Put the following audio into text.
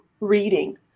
reading